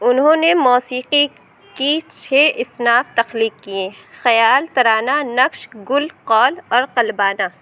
انہوں نے موسیقی کی چھ اصناف تخلیق کیے خیال ترانہ نقش گل قول اور قلبانہ